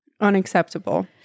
Unacceptable